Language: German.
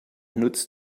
nutzt